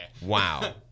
Wow